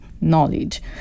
knowledge